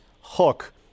hook